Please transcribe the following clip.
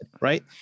right